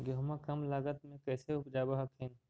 गेहुमा कम लागत मे कैसे उपजाब हखिन?